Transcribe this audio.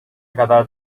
kadar